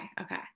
okay